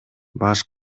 баш